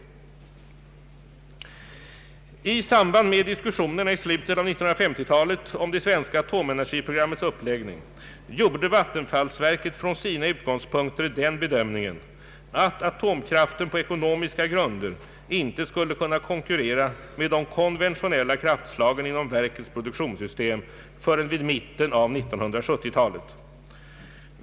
I samband med diskussionerna i slutet av 1950-talet om det svenska atomenergiprogrammets uppläggning gjorde vattenfallsverket från sina utgångspunkter den bedömningen att atomkraften på ekonomiska grunder inte skulle kunna konkurrera med de konventionella kraftslagen inom verkets produktionssystem förrän vid mitten av 1970-talet.